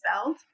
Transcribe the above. spelled